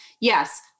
yes